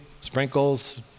sprinkles